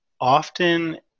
often